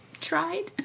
Tried